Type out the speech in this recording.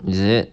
is it